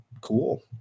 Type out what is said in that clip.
cool